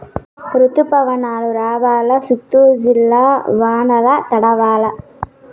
రుతుపవనాలు రావాలా చిత్తూరు జిల్లా వానల్ల తడవల్ల